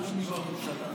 בתיאום עם הממשלה.